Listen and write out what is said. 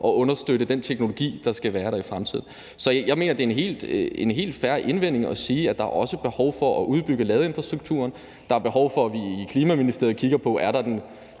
og understøtte den teknologi, der skal være der i fremtiden. Så jeg mener også, det er en helt fair indvending at sige, at der er et behov for at udbygge ladeinfrastrukturen, og at der er et behov for, at vi i Klima-, Energi- og Forsyningsministeriet